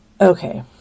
okay